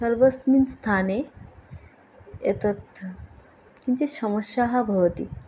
सर्वस्मिन् स्थाने एतत् किञ्चित् समस्या भवति